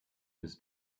bist